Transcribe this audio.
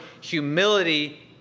humility